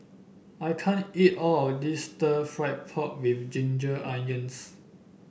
I can't eat all of this stir fry pork with Ginger Onions